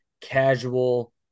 casual